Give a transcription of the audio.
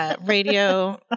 radio